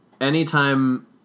anytime